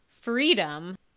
freedom